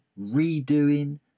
redoing